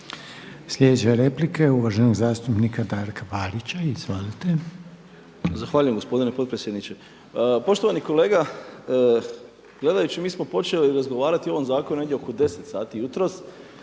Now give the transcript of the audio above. Sljedeća replika je uvaženog zastupnika Darka Parića. Izvolite.